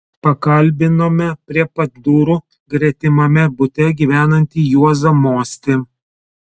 pakalbinome prie pat durų gretimame bute gyvenantį juozą mostį